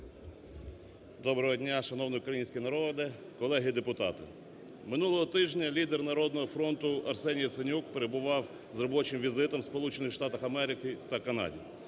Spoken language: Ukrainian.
Доброго дня, шановний український народе, колеги депутати! Минулого тижня лідер "Народного фронту" Арсеній Яценюк перебував з робочим візитом у Сполучених